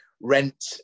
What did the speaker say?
rent